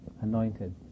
anointed